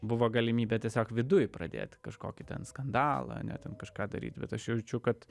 buvo galimybė tiesiog viduj pradėti kažkokį ten skandalą ane ten kažką daryti bet aš jaučiu kad